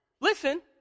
listen